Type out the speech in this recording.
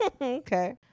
Okay